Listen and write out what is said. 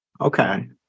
Okay